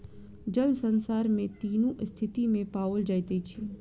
जल संसार में तीनू स्थिति में पाओल जाइत अछि